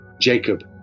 Jacob